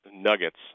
nuggets